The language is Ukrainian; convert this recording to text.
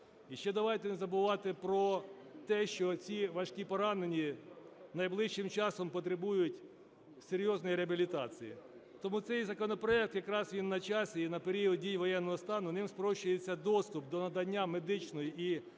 І ще давайте не забувати про те, що ці важкі поранені найближчим часом потребують серйозної реабілітації. Тому цей законопроект якраз він на часі, і на період дії воєнного стану ним спрощується доступ до надання медичної і